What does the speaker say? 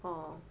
oh